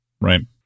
Right